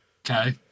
Okay